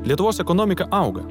lietuvos ekonomika auga